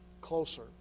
closer